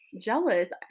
jealous